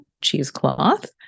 cheesecloth